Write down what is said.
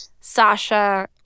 sasha